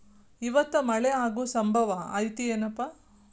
ಇವತ್ತ ಮಳೆ ಆಗು ಸಂಭವ ಐತಿ ಏನಪಾ?